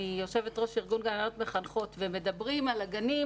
אני יושבת-ראש ארגון גננות-מחנכות -- דורית,